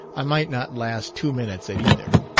i might not last two minutes at either.